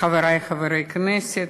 חברי חברי הכנסת,